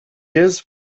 his